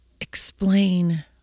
explain